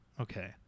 okay